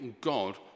God